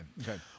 Okay